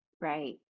right